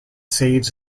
saves